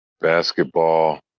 Basketball